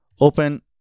Open